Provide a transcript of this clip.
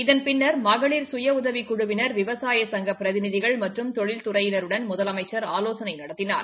இதன் பின்ன் மகளிர் சுய உதவிக் குழுவினர் விவசாய சங்க பிரதிநிதிகள் மற்றம் தொழில்துறையினருடன் முதலமைச்சர் ஆலோசனை நடத்தினார்